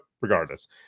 regardless